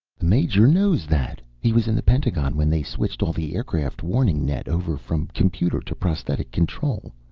the major knows that he was in the pentagon when they switched all the aircraft warning net over from computer to prosthetic control.